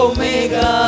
Omega